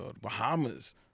Bahamas